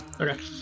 Okay